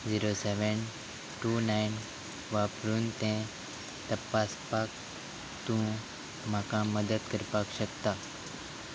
zero seven two nine वापरून तें तपासपाक तूं म्हाका मदत करपाक शकता